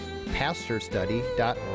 pastorstudy.org